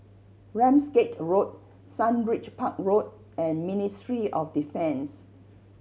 Ramsgate Road Sundridge Park Road and Ministry of Defence